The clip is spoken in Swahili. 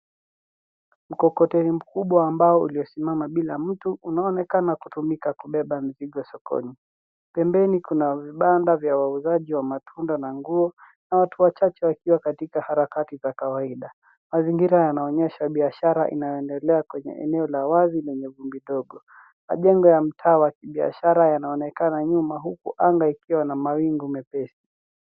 Mkokoteni mkubwa ambao uliosimama bila mtu unaonekana kutumika kubeba mizigo sokoni. Pembeni kuna vibanda vya wauzaji wa matunda na nguo na watu wachache wakiwa katika harakati za kawaida. Mazingira yanaonyesha biashara inayoendelea kwenye eneo la wazi lenye vumbi ndogo. Majengo ya mtaa wa kibiashara yanaonekana nyuma huku anga ikiwa na mawingu mepesi.